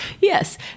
Yes